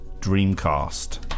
Dreamcast